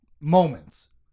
Moments